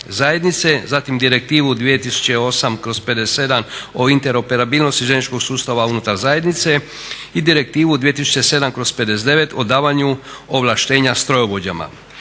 zatim Direktivu 2008/57 o interoperabilnosti željezničkog sustava unutar zajednice i Direktivu 2007/59 o davanju ovlaštenja strojovođama.